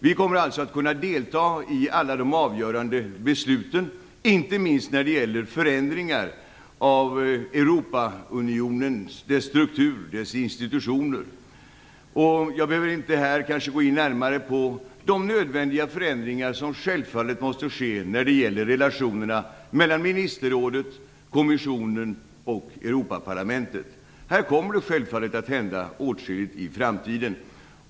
Vi kommer alltså att kunna delta i alla de avgörande besluten, inte minst när det gäller förändringar av Europaunionens struktur och dess institutioner. Jag behöver inte gå närmare in på de nödvändiga förändringar som självfallet måste ske när det gäller relationerna mellan ministerrådet, kommissionen och Europaparlamentet. Här kommer det att hända åtskilligt i framtiden.